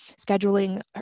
scheduling